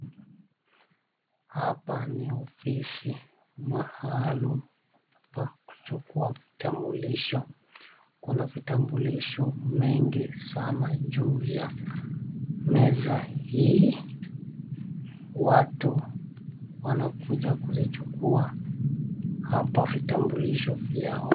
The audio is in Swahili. Hapa ni ofisi maalum pa kuchukua vitambulisho. Kuna vitambulisho mingi sana juu ya meza hii. Watu wanakuja kuzichukua hapa vitambulisho vyao.